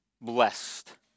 Blessed